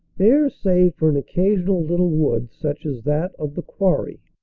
bare save for an occasional little wood, such as that of the quarry.